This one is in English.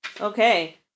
Okay